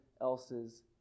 else's